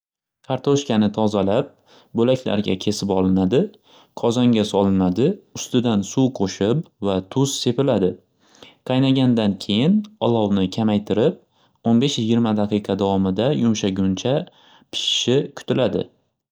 Kartoshkani tozalab bo'laklarga kesib olinadi qozonga solinadi ustidan suv qo'shib va tuz sepiladi. Qaynagandan keyin olovni kamaytirib o'n besh yigirma daqiqa davomida yumshaguncha pishishi kutiladi.